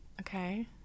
Okay